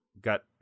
got